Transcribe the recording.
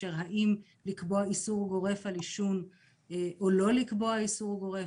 האם לקבוע איסור גורף על עישון או לא לקבוע איסור גורף,